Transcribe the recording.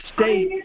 state